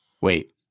Wait